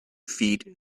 feed